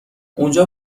اونجا